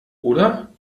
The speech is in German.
oder